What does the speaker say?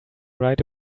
right